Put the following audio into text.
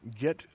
get